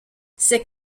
c’est